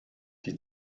die